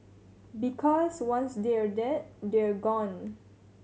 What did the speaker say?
because once they're dead they're gone